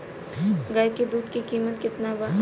गाय के दूध के कीमत केतना बा?